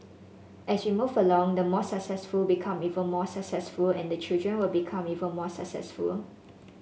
as we move along the more successful become even more successful and the children will become even more successful